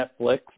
Netflix